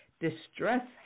Distress